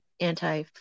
anti